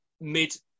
mid